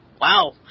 Wow